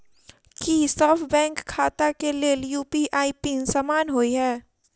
की सभ बैंक खाता केँ लेल यु.पी.आई पिन समान होइ है?